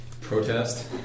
Protest